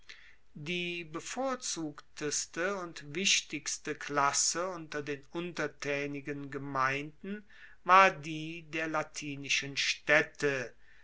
die bevorzugteste und wichtigste klasse unter den untertaenigen gemeinden war die der latinischen staedte